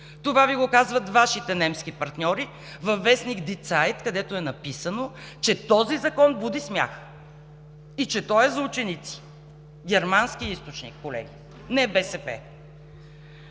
Това Ви го казват Вашите немски партньори във в. „Ди Цайт“, където е написано, че този закон буди смях и че е за ученици. Германски източник, колеги – не БСП!